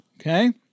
okay